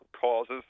causes